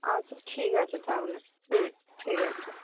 আচ্ছা ঠিক আছে তাহলে হুম ঠিক আছে